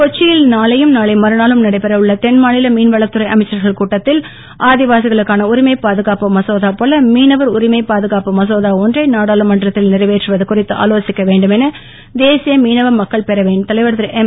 கொச்சியில் நாளையும் நாளை மறுநாளும் நடைபெற உள்ள தென்மாநில மீன்வளத்துறை அமைச்சர்கள் கூட்டத்தில் ஆதிவாசிகளுக்கான உரிமை பாதுகாப்பு மசோதா போல மீனவர் உரிமைப் பாதுகாப்பு மசோதா ஒன்றை நாடாளுமன்றத்தில் நிறைவேற்றுவது குறித்து ஆலோசிக்க வேண்டுமென தேசிய மீனவ மக்கள் பேரவையின் தலைவர் திருஎம்